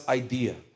idea